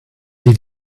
did